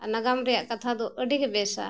ᱟᱨ ᱱᱟᱜᱟᱢ ᱨᱮᱭᱟᱜ ᱠᱟᱛᱷᱟ ᱫᱚ ᱟᱹᱰᱤ ᱜᱮ ᱵᱮᱥᱟ